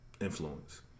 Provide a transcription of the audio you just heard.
Influence